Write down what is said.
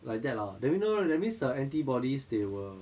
like that lah then mean no no that means the antibodies they will